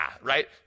right